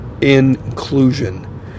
inclusion